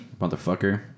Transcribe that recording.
motherfucker